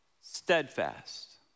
Steadfast